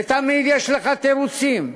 ותמיד יש לך תירוצים,